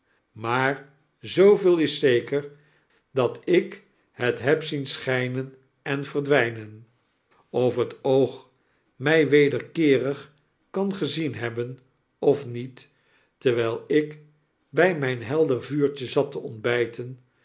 maar zooveel is zeker dat ik het heb zien schijnen en verdwijnen het huis dat te huur staat schijnt toch bewoond tb zijk of het oog mij wederkeerig kan gezien hebben of niet terwyl ik bij myn heldere vuurtje zat te ontbyten